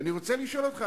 אני רוצה לשאול אותך,